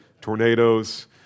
tornadoes